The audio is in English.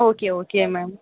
okay okay ma'am